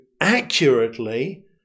accurately